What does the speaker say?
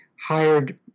hired